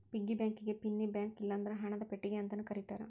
piggy ಬ್ಯಾಂಕಿಗಿ ಪಿನ್ನಿ bank ಇಲ್ಲಂದ್ರ ಹಣದ ಪೆಟ್ಟಿಗಿ ಅಂತಾನೂ ಕರೇತಾರ